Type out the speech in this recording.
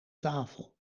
tafel